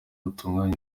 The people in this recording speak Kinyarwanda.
rutunganya